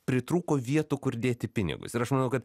pritrūko vietų kur dėti pinigus ir aš manau kad